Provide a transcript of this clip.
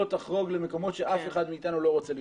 תחרוג למקומות שאף אחד מאיתנו לא רוצה לראות.